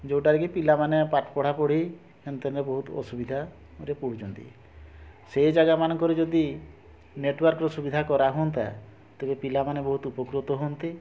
ଯେଉଁଟାକି ପିଲାମାନେ ପାଠ୍ ପଢ଼ାପଢ଼ି ହେନ୍ତେ ହେଲେ ବହୁତ ଅସୁବିଧାରେ ପଡ଼ୁଛନ୍ତି ସେ ଜାଗା ମାନଙ୍କରେ ଯଦି ନେଟୱାର୍କ୍ର ସୁବିଧା କରାହୁଅନ୍ତା ତେବେ ପିଲାମାନେ ବହୁତ ଉପକୃତ ହୁଅନ୍ତେ